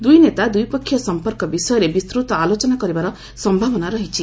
ଦୁଇ ନେତା ଦ୍ୱିପକ୍ଷୀୟ ସମ୍ପର୍କ ବିଷୟରେ ବିସ୍ତୃତ ଆଲୋଚନା କରିବାର ସମ୍ଭାବନା ରହିଛି